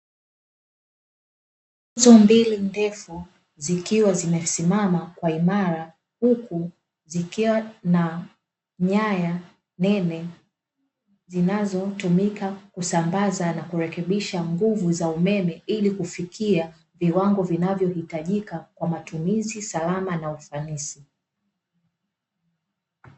Nguzo mbili ndefu zikiwa zimesimama kwa imara huku zikiwa na nyaya nene, zinazotumika kusambaza na kurekebisha nguvu za umeme, ili kufikia viwango vinavyo hitajika kwa matumizi salama na ufanisi.